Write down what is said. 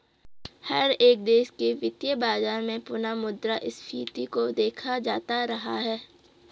हर एक देश के वित्तीय बाजार में पुनः मुद्रा स्फीती को देखा जाता रहा है